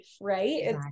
Right